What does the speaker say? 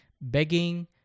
begging